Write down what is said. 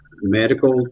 Medical